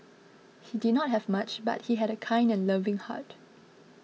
he did not have much but he had a kind and loving heart